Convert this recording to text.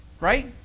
Right